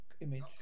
image